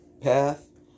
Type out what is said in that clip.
path